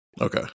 Okay